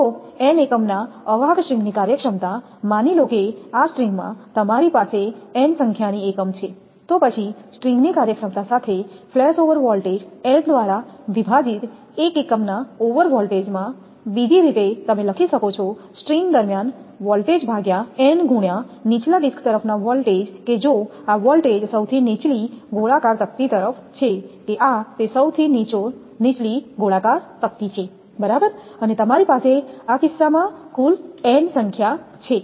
તો n એકમના અવાહક સ્ટ્રિંગની કાર્યક્ષમતા માની લો કે આ સ્ટ્રિંગમાં તમારી પાસે n સંખ્યાની એકમ છે તો પછી સ્ટ્રિંગની કાર્યક્ષમતા સાથે ફ્લેશ ઓવર વોલ્ટેજ n દ્વારા વિભાજીત એક એકમ ના ઓવર વોલ્ટેજમાં બીજી રીતે તમે લખી શકો છો સ્ટ્રિંગ દરમ્યાન વોલ્ટેજ ભાગ્યા n ગુણ્યા નીચલા ડિસ્ક તરફના વોલ્ટેજ કે જો આ વોલ્ટેજ સૌથી નીચલી ગોળાકાર તક્તી તરફ છે કે આ તે સૌથી નીચો ગોળાકાર તક્તી છે બરાબર અને તમારી પાસે આ કિસ્સામાં કુલ n સંખ્યા છે